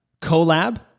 collab